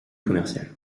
commerciale